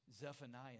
Zephaniah